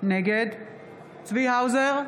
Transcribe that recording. נגד צבי האוזר,